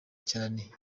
cyane